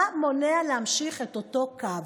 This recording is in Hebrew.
מה מונע להמשיך את אותו קו?